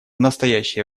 настоящее